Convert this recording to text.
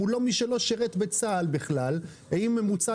ומולו מי שלא שירת בצה"ל בכלל עם ממוצע